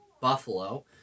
Buffalo